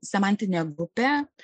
semantinė grupė